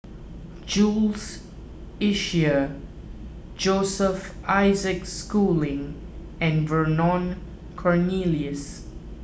Jules Itier Joseph Isaac Schooling and Vernon Cornelius